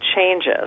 changes